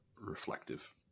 reflective